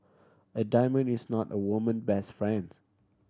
a diamond is not a woman best friends